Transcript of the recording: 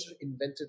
invented